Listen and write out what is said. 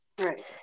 Right